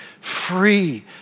free